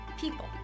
people